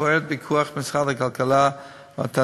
פועלת בפיקוח משרד הכלכלה והתעשייה.